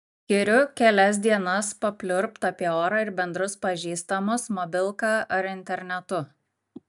skiriu kelias dienas papliurpt apie orą ir bendrus pažįstamus mobilka ar internetu